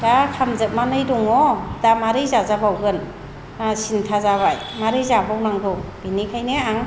दा खामजोबनानै दङ दा मारै जाजाबावगगोन आंहा सिन्था जाबाय मारै जाबावनांगौ बिनिखायनो आं